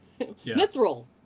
Mithril